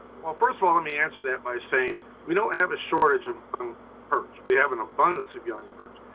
well, first of all, let and me answer that by saying we don't have a shortage in perch. we have an abundance of young perch,